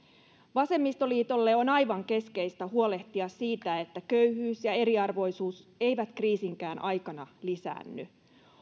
vasemmistoliitolle on aivan keskeistä huolehtia siitä että köyhyys ja eriarvoisuus eivät kriisinkään aikana lisäänny